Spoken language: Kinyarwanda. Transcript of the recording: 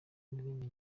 izindi